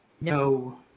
no